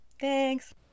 Thanks